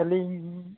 ᱟᱹᱞᱤᱧ